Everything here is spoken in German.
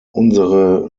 unsere